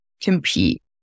compete